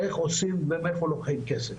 איך עושים ומאיפה לוקחים כסף.